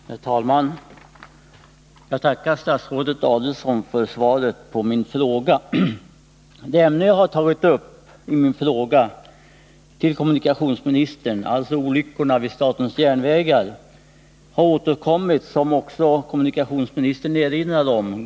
Herr talman! Jag tackar statsrådet Adelsohn för svaret på min fråga. Det ämne jag tagit upp i min fråga till kommunikationsministern, dvs. olyckorna vid statens järnvägar, har återkommit gång på gång här i kammaren, vilket också kommunikationsministern erinrade om.